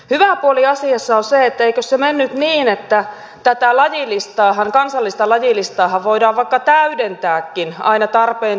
hyvä puoli asiassa on se että se menee niin että tätä kansallista lajilistaahan voidaan vaikka täydentääkin aina tarpeen tullen